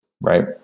right